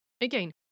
Again